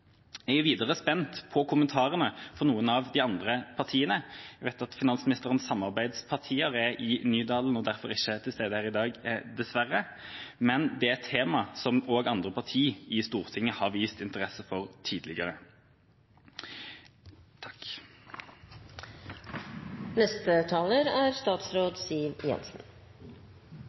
Jeg er videre spent på kommentarene fra noen av de andre partiene. Jeg vet at finansministerens samarbeidspartier er i Nydalen og derfor ikke til stede her i dag, dessverre, men dette er et tema som også andre partier i Stortinget har vist interesse for tidligere. La meg bare understreke at jeg er